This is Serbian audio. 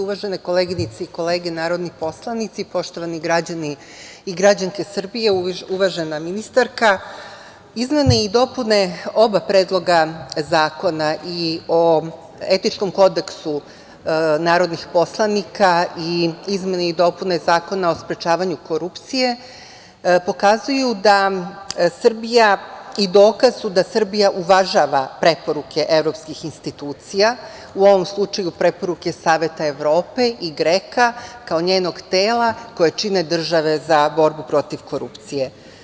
Uvažene koleginice i kolege narodni poslanici, poštovani građani i građanke Srbije, uvažena ministarka, izmene i dopune oba predloga zakona i o etičkom Kodeksu narodnih poslanika i izmene i dopune Zakona o sprečavanju korupcije pokazuju i dokaz su da Srbija uvažava preporuke evropskih institucija, u ovom slučaju preporuke Saveta Evrope i GREKO-a, kao njenog tela koje čine države za borbu protiv korupcije.